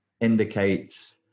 indicates